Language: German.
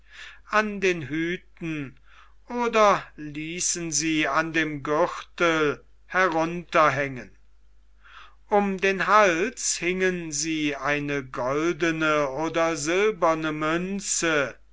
an den hüten oder ließen sie an den gürtel herunterhängen um den hals hingen sie eine goldene oder silberne münze